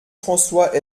françois